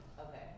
Okay